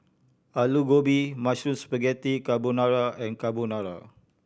Alu Gobi Mushroom Spaghetti Carbonara and Carbonara